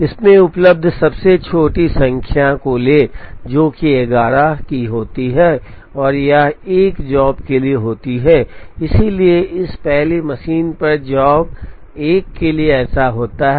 इसमें उपलब्ध सबसे छोटी संख्या को लें जो कि ११ की होती है और यह १ जॉब के लिए होती है इसलिए इस पहली मशीन पर जॉब १ के लिए ऐसा होता है